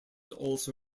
also